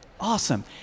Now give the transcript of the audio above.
Awesome